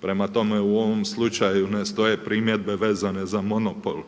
Prema tome u ovom slučaju ne stoje primjedbe vezane za monopol.